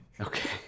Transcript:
okay